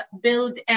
build